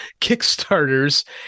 kickstarters